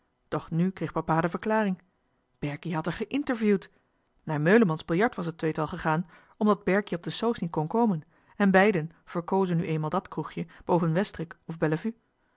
doch nu kreeg papa de verklaring berkie had er geinterviewd naar meulemans was het tweetal gegaan omdat berkie op de soos niet kon komen en beiden verkozen nu eenmaal dat kroegje boven westrik of